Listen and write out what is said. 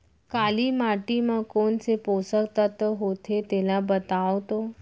काली माटी म कोन से पोसक तत्व होथे तेला बताओ तो?